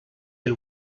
del